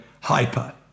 hyper